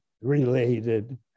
related